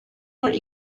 were